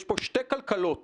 יש פה שתי כלכלות סמוכות,